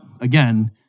again